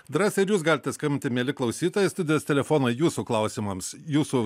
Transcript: drąsiai ir jūs galite skambinti mieli klausytojai studijos telefonai jūsų klausimams jūsų